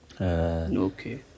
Okay